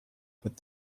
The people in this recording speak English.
but